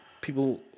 people